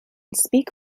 speak